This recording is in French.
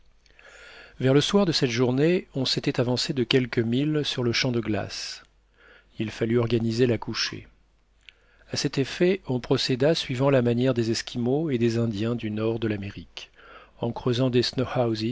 vers le soir de cette journée on s'était avancé de quelques milles sur le champ de glace il fallut organiser la couchée à cet effet on procéda suivant la manière des esquimaux et des indiens du nord de l'amérique en creusant des